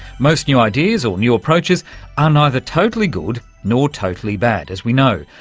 most new ideas or new approaches are neither totally good, nor totally bad, as we know,